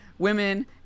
Women